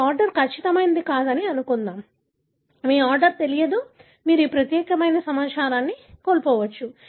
మీ order ఖచ్చితమైనది కాదని అనుకుందాం మీకు ఆర్డర్ తెలియదు మీరు ఈ ప్రత్యేక సమాచారాన్ని కోల్పోవచ్చు